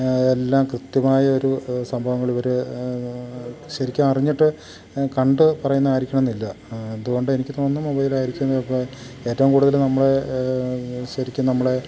എല്ലാം കൃത്യമായ ഒരു സംഭവങ്ങള് ഇവര് ശരിക്കും അറിഞ്ഞിട്ട് കണ്ട് പറയുന്ന ആയിരിക്കണം എന്നില്ല അതുകൊണ്ട് എനിക്ക് തോന്നുന്നു മൊബൈലായിരിക്കുന്നു ഇപ്പം ഏറ്റവും കൂടുതല് നമ്മളെ ശരിക്കും നമ്മളെ